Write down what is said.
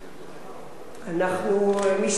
אנחנו משתדלים, אתה יודע.